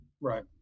Right